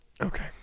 Okay